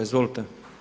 Izvolite.